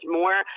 more